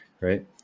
Right